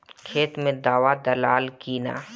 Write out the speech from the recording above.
खेत मे दावा दालाल कि न?